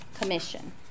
commission